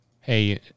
hey